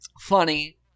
Funny